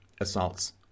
assaults